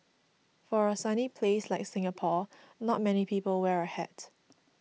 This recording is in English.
for a sunny place like Singapore not many people wear a hat